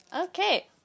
Okay